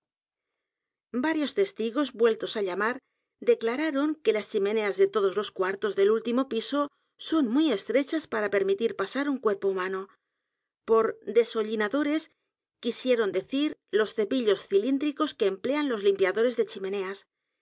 varios testigos vueltos á llamar declararon que las chimeneas de todos los cuartos del último piso son muy estrechas para permitir pasar un cuerpo humano por deshollinadores quisieron decir los cepillos cilindricos que emplean los limpiadores de chimeneas